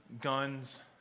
guns